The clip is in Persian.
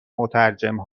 مترجم